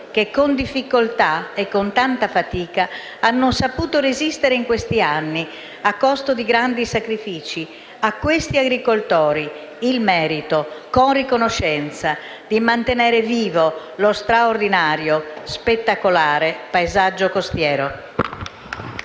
che, con difficoltà e tanta fatica, hanno saputo resistere in questi anni, a costo di grandi sacrifici. A questi agricoltori va il merito, con riconoscenza, di mantenere vivo lo straordinario, spettacolare paesaggio costiero.